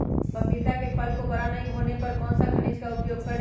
पपीता के फल को बड़ा नहीं होने पर कौन सा खनिज का उपयोग करें?